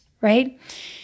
right